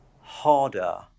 harder